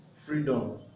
freedom